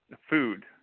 food